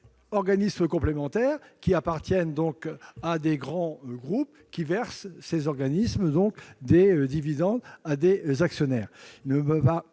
organismes complémentaires qui appartiennent à de grands groupes et qui versent des dividendes à des actionnaires.